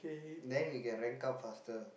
then we can rank up faster